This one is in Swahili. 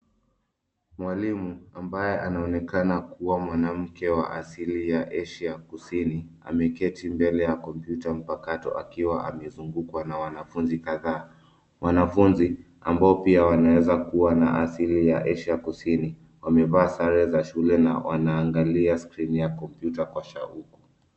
Mwalimu ambaye anaonekana kuwa mwanamke wa asili ya cs[Asia]cs kusini ameketi mbele ya kompyuta mpakato akiwa amezungukwa na wanafunzi kadhaa. Wanafunzi ambao pia wanaweza kuwa wa asili ya cs[Asia]cs kusini wamevaa sare za shule na wanaangalia skrini za kompyuta kwa shauku.